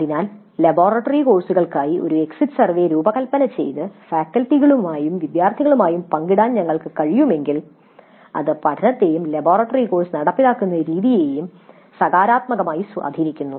അതിനാൽ ലബോറട്ടറി കോഴ്സുകൾക്കായി ഒരു എക്സിറ്റ് സർവേ രൂപകൽപ്പന ചെയ്ത് ഫാക്കൽറ്റികളുമായും വിദ്യാർത്ഥികളുമായും പങ്കിടാൻ ഞങ്ങൾക്ക് കഴിയുമെങ്കിൽ അത് പഠനത്തെയും ലബോറട്ടറി കോഴ്സ് നടപ്പിലാക്കുന്ന രീതിയെയും സകാരാത്മകമായി സ്വാധീനിക്കുന്നു